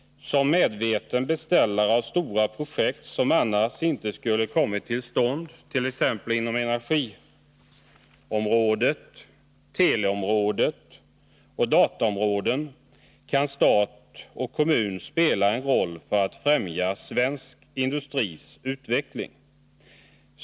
Som medveten beställare av stora projekt som annars inte skulle ha kommit till stånd — t.ex. inom energi-, teleoch dataområdena — kan stat och kommun spela en roll för att främja svensk industris utveckling.